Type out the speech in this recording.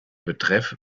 betreff